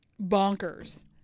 bonkers